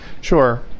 Sure